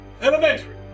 Elementary